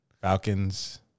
Falcons